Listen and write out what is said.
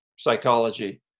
Psychology